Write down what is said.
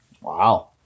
Wow